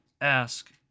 ask